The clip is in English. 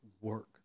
work